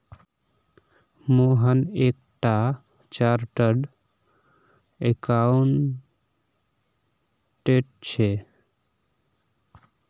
मोहन एक टा chartered accountant छे